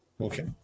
Okay